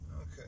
Okay